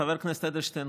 חבר הכנסת אדלשטיין,